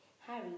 Harry